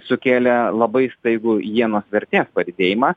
sukėlė labai staigų ienos vertės padidėjimą